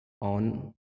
on